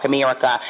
America